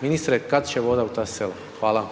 Ministre, kad će voda u ta sela? Hvala.